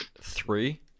three